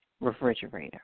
refrigerator